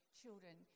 children